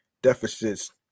deficits